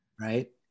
Right